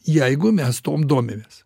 jeigu mes tuom domimės